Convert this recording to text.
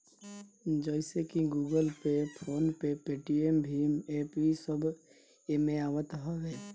जइसे की Google Pay, PhonePe, Paytm भीम एप्प इस सब एमे आवत हवे